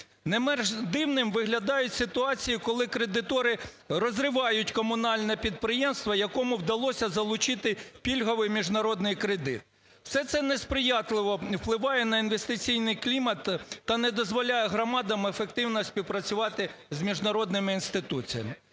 Не менш дивним виглядає ситуація, коли кредитори розривають комунальне підприємство, якому вдалося залучити пільговий міжнародний кредит. Все це не сприятливо впливає на інвестиційний клімат та не дозволяє громадам ефективно співпрацювати з міжнародними інституціями.